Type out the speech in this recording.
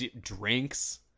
drinks